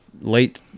late